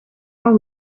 law